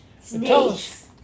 Snakes